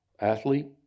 athlete